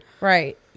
Right